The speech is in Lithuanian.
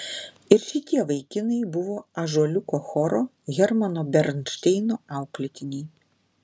ir šitie vaikinai buvo ąžuoliuko choro hermano bernšteino auklėtiniai